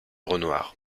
renoir